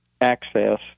access